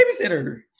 babysitter